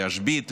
להשבית,